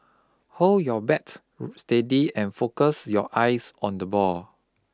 hold your bat steady and focus your eyes on the ball